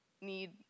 need